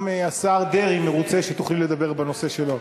גם השר דרעי מרוצה, שתוכלי לדבר בנושא שלו.